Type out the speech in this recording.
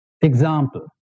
Example